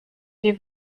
die